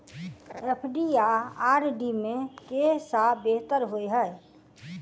FD आ RD मे केँ सा बेहतर होइ है?